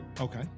Okay